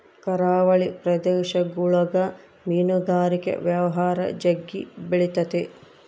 ಕರಾವಳಿ ಪ್ರದೇಶಗುಳಗ ಮೀನುಗಾರಿಕೆ ವ್ಯವಹಾರ ಜಗ್ಗಿ ಬೆಳಿತತೆ